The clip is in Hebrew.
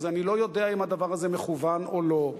אז אני לא יודע אם זה מכוון או לא.